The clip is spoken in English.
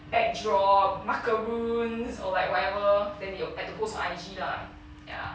backdrop macaroons or like whatever then your had to post I_G lah ya